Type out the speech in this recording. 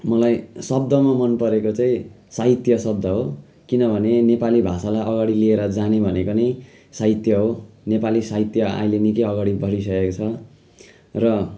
मलाई शब्दमा मनपरेको चाहिँ साहित्य शब्द हो किनभने नेपाली भाषालाई अगाडि लिएर जाने भनेका नै साहित्य हो नेपाली साहित्य अहिले निकै अगाडि बढिसकेको छ र